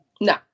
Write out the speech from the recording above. No